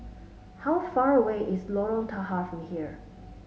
how far away is Lorong Tahar from here